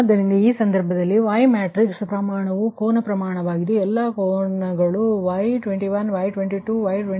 ಆದ್ದರಿಂದ ಆ ಸಂದರ್ಭದಲ್ಲಿ ಇವುಗಳು Y ಮ್ಯಾಟ್ರಿಕ್ಸ್ ಈ ಪ್ರಮಾಣಗಳು ಕೋನ ಪ್ರಮಾಣವಾಗಿದ್ದು ಎಲ್ಲಾ ಕೋನಗಳು Y21 Y22 Y23